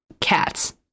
cats